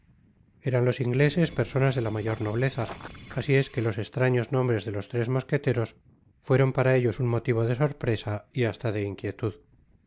eran los ingleses personas de la mayor nobleza asi es que los estraños nombres de los tres mosqueteros fueron para ellos un motivo de sorpresa y hasta de inquietud